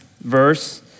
verse